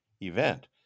event